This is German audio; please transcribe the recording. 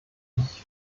ich